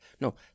No